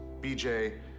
BJ